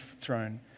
throne